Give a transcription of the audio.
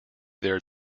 their